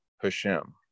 Hashem